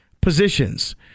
positions